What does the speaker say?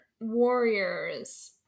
warriors